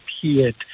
appeared